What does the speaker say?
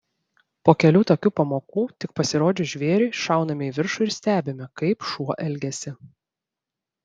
po kelių tokių pamokų tik pasirodžius žvėriui šauname į viršų ir stebime kaip šuo elgiasi